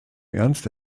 ernst